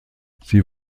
sie